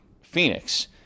Phoenix